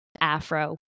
afro